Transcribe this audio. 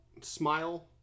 smile